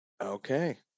Okay